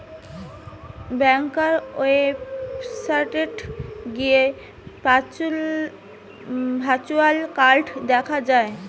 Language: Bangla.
ব্যাংকার ওয়েবসাইটে গিয়ে ভার্চুয়াল কার্ড দেখা যায়